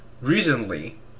recently